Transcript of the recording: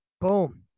Boom